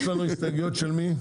יש לנו הסתייגויות של מי?